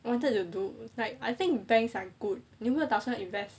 wanted to do like I think banks are good 你有没有打算 invest